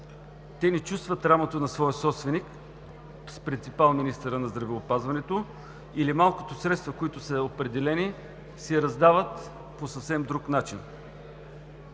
Те не чувстват рамото на своя собственик с принципал министърът на здравеопазването или малкото средства, които са определени, се раздават по съвсем друг начин.